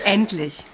Endlich